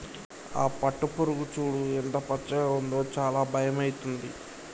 ఆ పట్టుపురుగు చూడు ఎంత పచ్చగా ఉందో చాలా భయమైతుంది